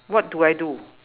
what do I do